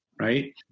right